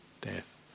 death